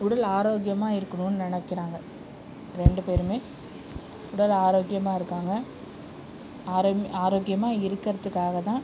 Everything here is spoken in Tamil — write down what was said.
உடல் ஆரோக்கியமா இருக்கணும்னு நினைக்கிறாங்க ரெண்டு பேருமே உடல் ஆரோக்கியமா இருக்காங்க ஆரோம் ஆரோக்கியமாக இருக்கிறதுக்காக தான்